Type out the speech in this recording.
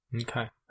Okay